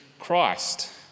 Christ